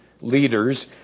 leaders